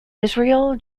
israel